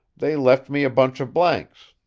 they left me a bunch of blanks.